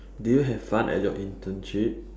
do you have fun at your internship